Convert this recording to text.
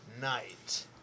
night